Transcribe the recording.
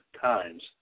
times